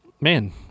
man